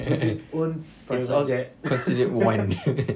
it's all considered one